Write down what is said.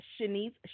Shanice